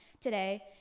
today